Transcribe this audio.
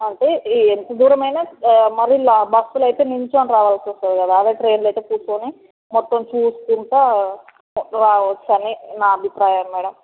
అయితే ఎంత దూరమైనా మళ్ళీ ల బస్సులో అయితే నుంచొని రావాల్సొస్తుంది కదా అదే ట్రైన్లో కూర్చొని అయితే మొత్తం చూసుకుంటూ రావచ్చు అని నా అభిప్రాయం మేడం